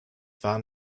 waren